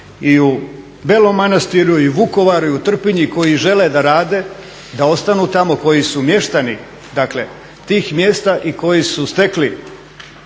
i u Belom Manastiru i u Vukovaru i u Trpinji koji žele da rade, da ostanu tamo, koji su mještani dakle tih mjesta i koji su stekli